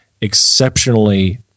exceptionally